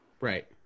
Right